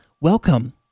welcome